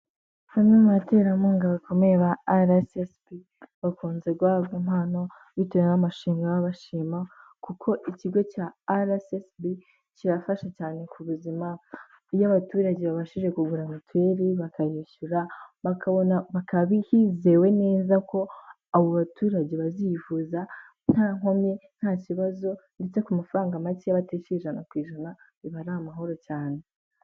Bamwe mu baterankunga bakomeye ba RSSB bakunze guhabwa impano bitewe n'amashimwe baba bashima kuko ikigo cya RSSB kirafasha cyane ku buzima iyo abaturage babashije kugura mituweli bakayishyura hizewe neza ko abo baturage bazifuzaza nta nkomyi nta kibazo ndetse ku mafaranga make batishyu 100% biba ari amahoro cyane.